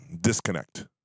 disconnect